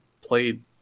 played